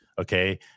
okay